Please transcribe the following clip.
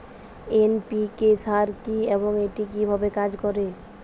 NPK সার কি এবং এটি কিভাবে কাজ করে?